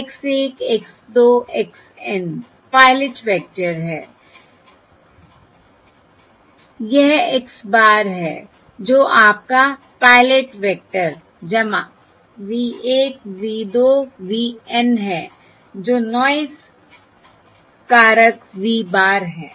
x 1 x 2 x N pilot vector है यह x bar है जो आपका pilot vector v 1 v 2 v N है जो नॉयस कारक v bar है